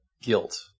guilt